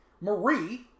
Marie